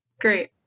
Great